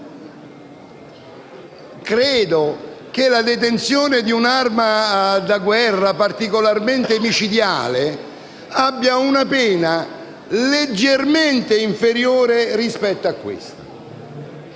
nucleare? La detenzione di un'arma da guerra particolarmente micidiale ha una pena leggermente inferiore rispetto a questo.